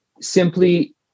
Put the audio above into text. simply